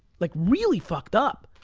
like really fucked up.